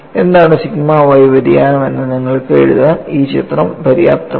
എന്താണ് sigma Y വ്യതിയാനം എന്ന് നിങ്ങൾക്ക് എഴുതാൻ ഈ ചിത്രം പര്യാപ്തമാണ്